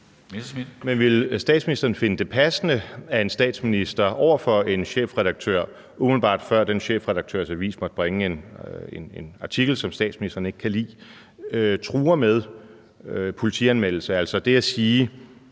Men ville statsministeren finde det passende, at en statsminister over for en chefredaktør, umiddelbart før den chefredaktørs avis måtte bringe en artikel, som statsministeren ikke kan lide, truer med politianmeldelse? Altså, det at sige,